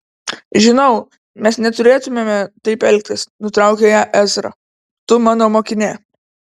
žinau mes neturėtumėme taip elgtis nutraukė ją ezra tu mano mokinė